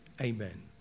Amen